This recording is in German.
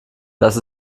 dass